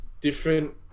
different